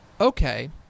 okay